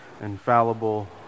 infallible